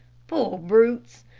poor brutes,